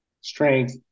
strength